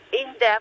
in-depth